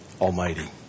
almighty